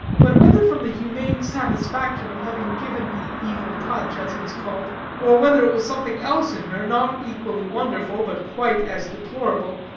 but whether from the humane satisfaction of having given the evil-touch, as it is called, or whether it was something else in her, not equally wonderful, but quite as deplorable,